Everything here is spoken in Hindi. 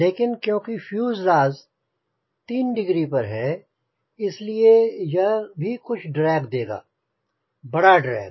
लेकिन क्योंकि फ्यूजलाज़ 3 डिग्री पर है इसलिए यह भी कुछ ड्रैग देगा बड़ा ड्रैग